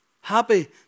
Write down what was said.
happy